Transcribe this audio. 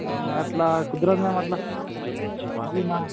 అలా కుదరదు మ్యామ్ అలా మళ్ళీ మా